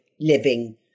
living